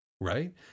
right